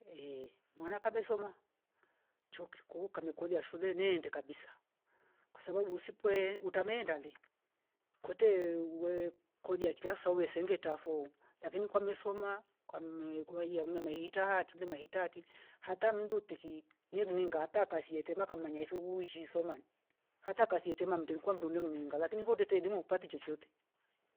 Ehhe mwana kabe soma chuo kiku kamekuia shule neinde kabisa kwasabbu usipwe utameenda lele kwete we- wekolia kijasa uwe sengetafo lakini kwamesoma kwame kumehia umna mahita hati tuke mahitati hata mndu tiki ni mninga ngata kasie tema kamanya ifuvui shisoma hata kasietema mndilikwa mndulu ngonyonga lakini ivo tete elimu hupati chochote